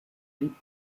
blieb